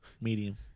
Medium